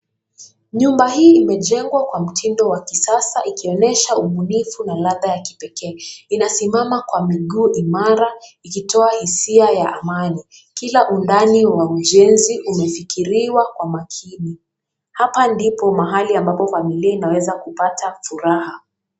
Nyumba hii imejengwa kwa mtindo wa kisasa ikionyesha ubunifu na ladha ya kipekee inasimama kwa miguu imara ikitoa hisia ya thamani , kila undani wa ujenzi umefikiriwa kwa makini. Hapa ndipo mahali ambapo familia inaweza kupata furaha.